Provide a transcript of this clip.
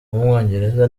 w’umwongereza